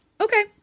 Okay